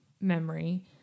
memory